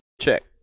Check